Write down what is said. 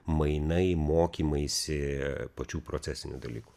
mainai mokymaisi pačių procesinių dalykų